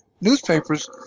newspapers